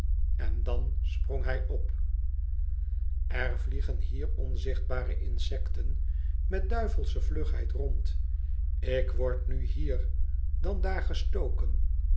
en dan sprong hij op r vliegen hier onzichtbare insecten met duivelsche vlugheid rond ik word nu hier dan daar gestoken